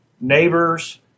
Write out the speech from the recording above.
neighbors